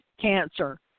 cancer